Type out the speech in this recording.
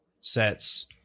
sets